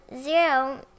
zero